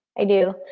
i do.